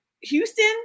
Houston